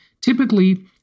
Typically